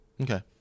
Okay